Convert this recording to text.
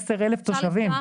שזה 10,000 תושבים.